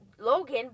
Logan